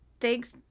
Thanks